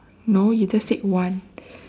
no you just take one